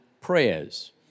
prayers